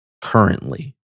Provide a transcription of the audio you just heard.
currently